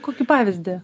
kokį pavyzdį